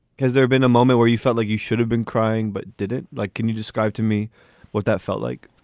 because there have been a moment where you felt like you should have been crying, but did it. like, can you describe to me what that felt like?